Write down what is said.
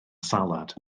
salad